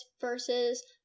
versus